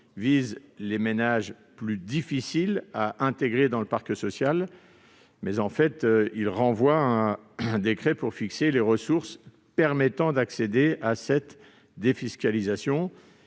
vise les ménages plus difficiles à intégrer dans le parc social, il renvoie à un décret le soin de fixer les ressources permettant d'accéder à cette défiscalisation.